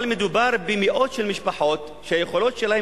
אבל מדובר במאות משפחות שהיכולת שלהן